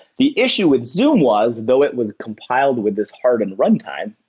the issue with zoom was, though it was compiled with this hardened runtime.